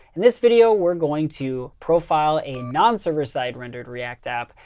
and this video, we're going to profile a non-server-side rendered react app,